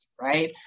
right